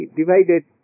divided